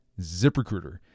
ZipRecruiter